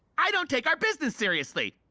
i don't take our business seriously,